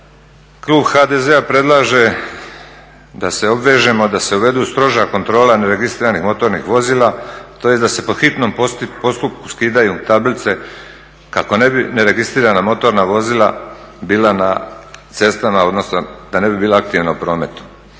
Klub HDZ-a predlaže da se obvežemo da se uvedu stroža kontrola neregistriranih motornih vozila tj. da se po hitnom postupku skidaju tablice kako ne bi neregistrirana motorna vozila bila na cestama, odnosno da ne bi bila aktivna u prometu.